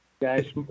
Guys